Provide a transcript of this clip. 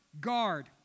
guard